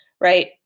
right